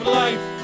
life